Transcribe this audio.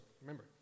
remember